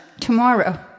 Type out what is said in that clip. tomorrow